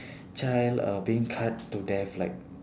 child uh being cut to death like